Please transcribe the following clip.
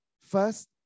first